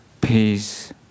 peace